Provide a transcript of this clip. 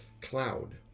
cloud